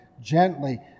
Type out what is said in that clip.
gently